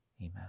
Amen